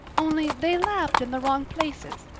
only they laughed in the wrong places.